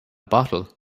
bottle